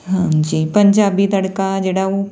ਹਾਂਜੀ ਪੰਜਾਬੀ ਤੜਕਾ ਜਿਹੜਾ ਉਹ